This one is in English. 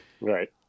Right